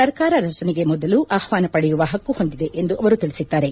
ಸರ್ಕಾರ ರಚನೆಗೆ ಮೊದಲು ಆಹ್ವಾನ ಪಡೆಯುವ ಹಕ್ಕು ಹೊಂದಿದೆ ಎಂದು ಅವರು ಹೇಳಿದ್ದಾರೆ